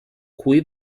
cui